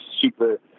super